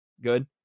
good